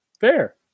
fair